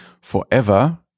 forever